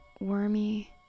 wormy